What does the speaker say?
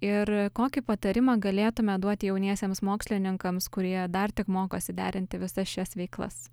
ir kokį patarimą galėtumėt duoti jauniesiems mokslininkams kurie dar tik mokosi derinti visas šias veiklas